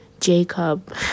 jacob